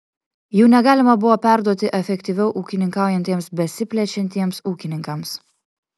jų negalima buvo perduoti efektyviau ūkininkaujantiems besiplečiantiems ūkininkams